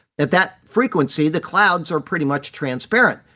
at that frequency, the clouds are pretty much transparent.